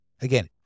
Again